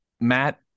Matt